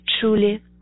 truly